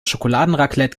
schokoladenraclette